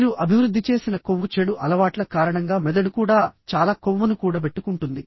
మీరు అభివృద్ధి చేసిన కొవ్వు చెడు అలవాట్ల కారణంగా మెదడు కూడా చాలా కొవ్వును కూడబెట్టుకుంటుంది